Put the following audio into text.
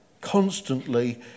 constantly